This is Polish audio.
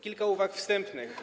Kilka uwag wstępnych.